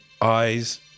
eyes